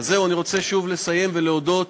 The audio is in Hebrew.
אני רוצה לסיים ולהודות,